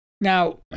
Now